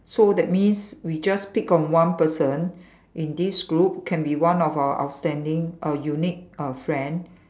so that means we just pick on one person in this group can be one of our outstanding a unique uh friend